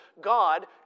God